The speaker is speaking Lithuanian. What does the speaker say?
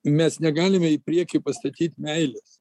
mes negalime į priekį pastatyt meilės